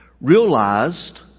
realized